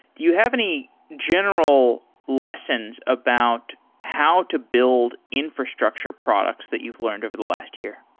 do you have any general lessons about how to build infrastructure products that you've learned over the last year?